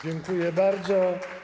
Dziękuję bardzo.